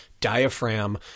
diaphragm